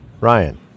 Ryan